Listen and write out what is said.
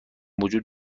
وجود